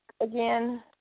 again